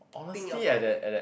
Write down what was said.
think about it